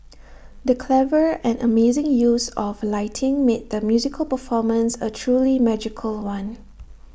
the clever and amazing use of lighting made the musical performance A truly magical one